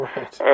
Right